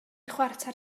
chwarter